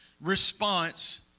response